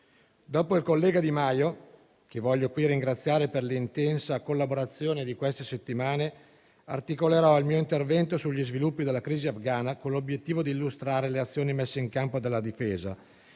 Dopo il collega di Maio, che voglio qui ringraziare per l'intensa collaborazione di queste settimane, articolerò il mio intervento sugli sviluppi della crisi afghana con l'obiettivo di illustrare le azioni messe in campo dalla Difesa